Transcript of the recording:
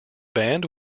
band